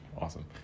awesome